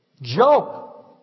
joke